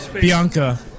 Bianca